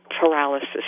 paralysis